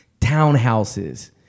townhouses